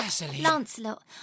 Lancelot